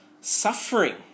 suffering